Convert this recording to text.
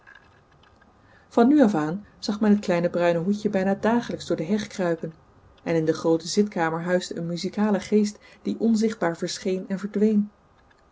van nu af aan zag men het kleine bruine hoedje bijna dagelijks door de heg kruipen en in de groote zitkamer huisde een muzikale geest die onzichtbaar verscheen en verdween